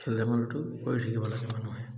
খেল ধেমালিতো কৰি থাকিব লাগে মানুহে